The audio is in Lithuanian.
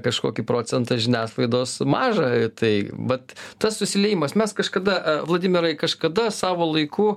kažkokį procentą žiniasklaidos mažai tai vat tas susiliejimas mes kažkada vladimirai kažkada savo laiku